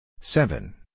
seven